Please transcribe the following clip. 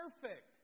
perfect